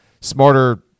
smarter